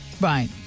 Right